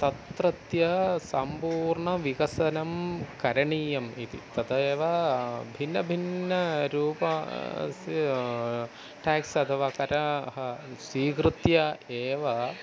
तत्रत्य सम्पूर्णविकसनं करणीयम् इति तथा एव भिन्नभिन्नरूप अस्य टेक्स् अथवा करः स्वीकृत्य एव